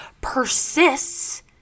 persists